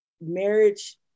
marriage